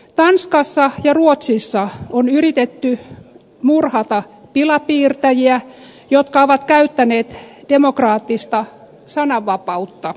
tanskassa ja ruotsissa on yritetty murhata pilapiirtäjiä jotka ovat käyttäneet demokraattista sananvapautta